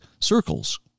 circles